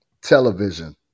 Television